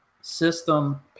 system